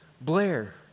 Blair